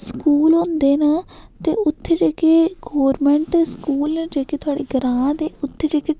school होंदे न ते उत्थें जेह्के गौरमेंट न स्कूल जेह्के थोआढ़े ग्रांऽ दे उत्थें जेह्के